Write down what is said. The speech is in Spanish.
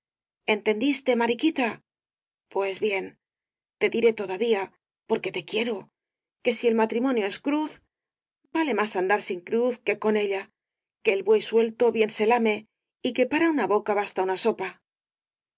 entendiste mariquita pues bien te diré todavía porque te quiero que si el matrimonio es cruz vale más andar sin cruz que con ella que el buey suelto bien se lame y que para una boca basta una sopa